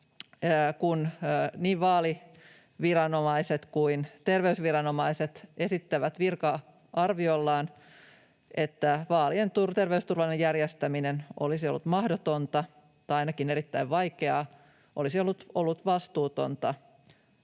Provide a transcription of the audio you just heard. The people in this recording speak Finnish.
kun niin vaaliviranomaiset kuin terveysviranomaiset esittivät virka-arviollaan, että vaalien terveysturvallinen järjestäminen olisi ollut mahdotonta tai ainakin erittäin vaikeaa, olisi ollut vastuutonta